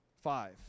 five